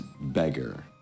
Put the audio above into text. beggar